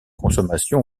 consommation